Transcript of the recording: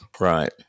Right